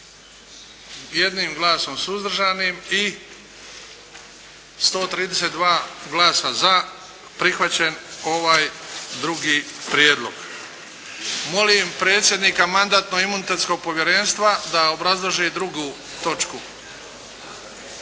jednim glasom suzdržanim i 132 glasa za prihvaćen ovaj drugi prijedlog. Molim predsjednika Mandatno-imunitetnog povjerenstva da obrazloži drugu točku.